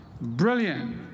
brilliant